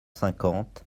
cinquante